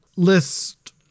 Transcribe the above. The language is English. list